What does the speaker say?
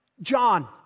John